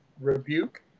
rebuke